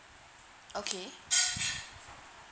okay